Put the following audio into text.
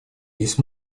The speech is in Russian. есть